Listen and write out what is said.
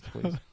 please